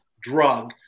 drug